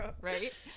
Right